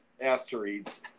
Asteroids